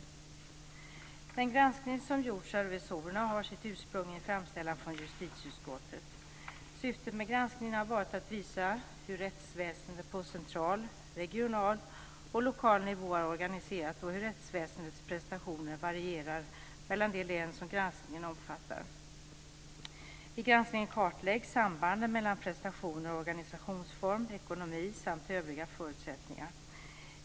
Den granskning som gjorts av revisorerna har sitt ursprung i en framställan från justitieutskottet. Syftet med granskningen har varit att visa hur rättsväsendet på central, regional och lokal nivå är organiserat och hur rättsväsendets prestationer varierar mellan de län som granskningen omfattar. I granskningen kartläggs sambanden mellan prestationer och organisationsform, ekonomi samt övriga förutsättningar.